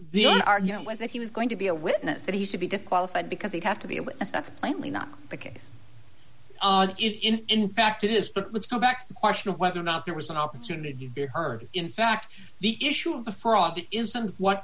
the argument was that he was going to be a witness that he should be disqualified because he'd have to be a witness that's plainly not the case if in fact it is but let's go back to the question of whether or not there was an opportunity there heard in fact the issue of the fraud isn't what